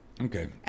Okay